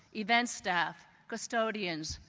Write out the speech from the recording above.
event staff, custodians,